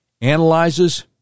analyzes